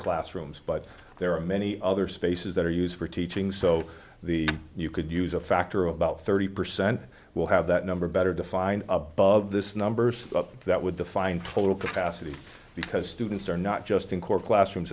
classrooms but there are many other spaces that are used for teaching so the you could use a factor of about thirty percent will have that number better defined above this numbers up that would define total capacity because students are not just in core classrooms